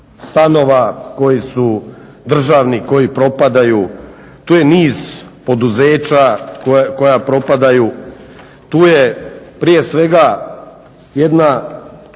stanova koji su državni, koji propadaju. Tu je niz poduzeća koja propadaju. Tu je prije svega jedna